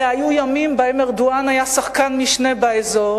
אלה היו ימים שבהם ארדואן היה שחקן משנה באזור